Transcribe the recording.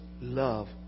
love